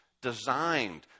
designed